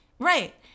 Right